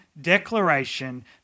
declaration